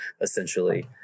essentially